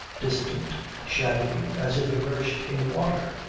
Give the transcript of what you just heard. distant, shadowy, as if immersed in water,